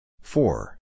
four